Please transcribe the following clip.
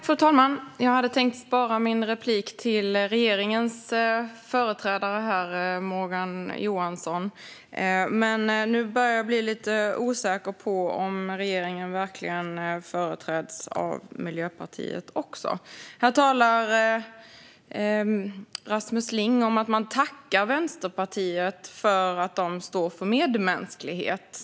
Fru talman! Jag hade tänkt vänta med att replikera tills regeringens företrädare Morgan Johansson hade talat. Men nu börjar jag bli lite osäker på om regeringen verkligen företräds av Miljöpartiet. Här talar Rasmus Ling om att man tackar Vänsterpartiet för att de står för medmänsklighet.